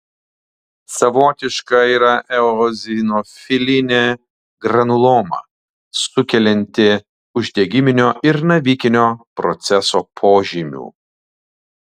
savotiška yra eozinofilinė granuloma sukelianti uždegiminio ir navikinio proceso požymių